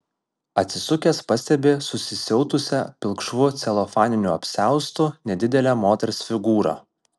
atsisukęs pastebi susisiautusią pilkšvu celofaniniu apsiaustu nedidelę moters figūrą